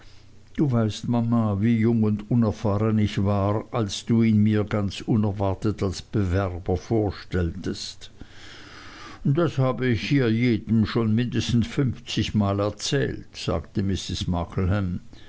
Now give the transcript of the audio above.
du weißt mama wie jung und unerfahren ich war als du ihn mir ganz unerwartet als bewerber vorstelltest das habe ich jedem hier schon mindestens fünfzigmal erzählt sagte mrs